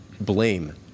blame